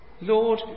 Lord